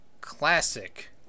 classic